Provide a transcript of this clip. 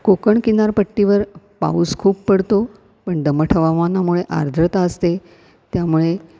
कोकण किनारपट्टीवर पाऊस खूप पडतो पण दमट हवामानामुळे आर्द्रता असते त्यामुळे